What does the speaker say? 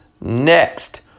Next